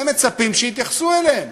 הם מצפים שיתייחסו אליהם.